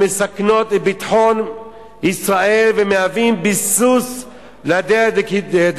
המסכנים את ביטחון ישראל ומהווים ביסוס לדה-לגיטימציה.